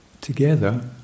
together